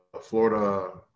Florida